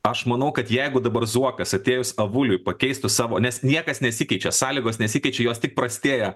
aš manau kad jeigu dabar zuokas atėjus avuliui pakeistų savo nes niekas nesikeičia sąlygos nesikeičia jos tik prastėja